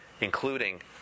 including